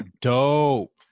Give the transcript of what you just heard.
dope